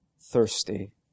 thirsty